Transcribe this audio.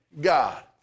God